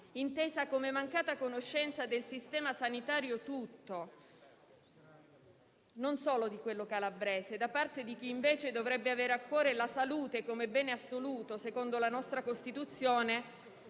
intesa come mancata conoscenza del sistema sanitario tutto, e non solo di quello calabrese, da parte di chi invece dovrebbe avere a cuore la salute come bene assoluto, secondo la nostra Costituzione